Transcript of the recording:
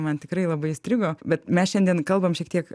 man tikrai labai įstrigo bet mes šiandien kalbam šiek tiek